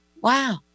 wow